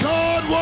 God